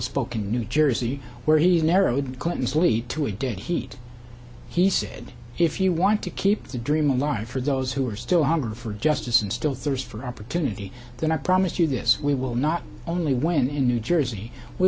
spoke in new jersey where he is narrowed clinton's lead to a dead heat he said if you want to keep the dream alive for those who are still hungry for justice and still thirst for opportunity then i promise you this we will not only win in new jersey we